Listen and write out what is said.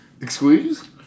Excuse